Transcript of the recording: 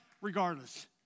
regardless